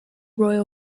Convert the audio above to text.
royal